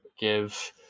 give